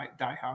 diehard